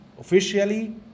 officially